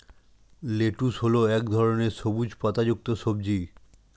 lettuce হল এক ধরনের সবুজ পাতাযুক্ত সবজি